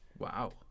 Wow